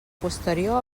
posterior